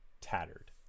tattered